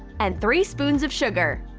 and three spoons of sugar.